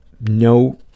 no